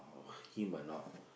oh him or not